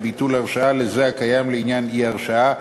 ביטול הרשעה לזה הקיים לעניין אי-הרשעה,